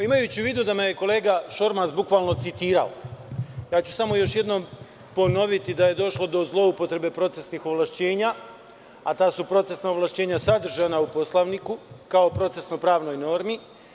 Imajući u vidu da me je kolega Šormaz bukvalno citira, ja ću samo još jednom ponoviti da je došlo do zloupotrebe procesnih ovlašćenja, a ta procesna ovlašćenja su sadržana u Poslovniku kao procesno-pravnoj normi.